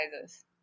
sizes